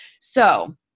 So-